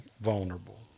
vulnerable